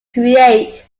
create